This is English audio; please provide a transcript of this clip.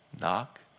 knock